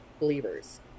believers